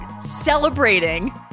celebrating